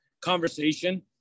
conversation